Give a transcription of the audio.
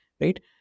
right